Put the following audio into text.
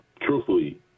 Truthfully